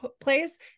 place